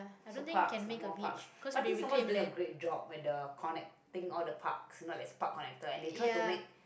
so parks lah more parks but I think Singapore is doing a great job where the connecting all the parks you know there's park connector and they try to make